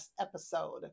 episode